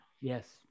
Yes